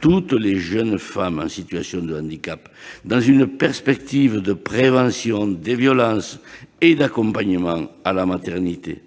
toutes les jeunes femmes en situation de handicap, dans une perspective de prévention des violences et d'accompagnement à la maternité.